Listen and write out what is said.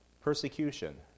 Persecution